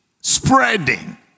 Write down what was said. spreading